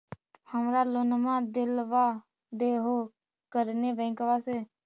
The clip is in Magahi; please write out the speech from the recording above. हमरा लोनवा देलवा देहो करने बैंकवा से?